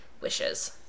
wishes